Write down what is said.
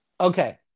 Okay